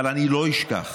אבל אני לא אשכח